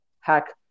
hack